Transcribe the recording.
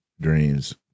dreams